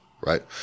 right